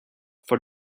for